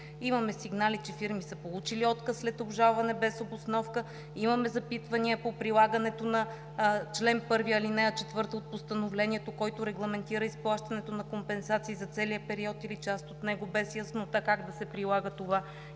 Имаме сигнали, че фирми са получили отказ след обжалване без обосновка. Имаме запитвания по прилагането на чл. 1, ал. 4 от Постановлението, който регламентира изплащането на компенсации за целия период или част от него, без яснота как да се прилага това.